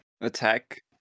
Attack